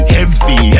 Heavy